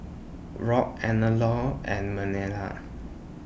Robt Eleanor and Marlena